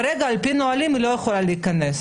כרגע על פי הנהלים היא לא יכולה להיכנס.